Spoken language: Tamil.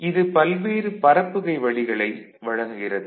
இது பல்வேறு பரப்புகை வழிகளை வழங்குகிறது